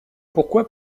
pourquoi